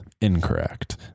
Incorrect